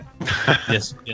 Yes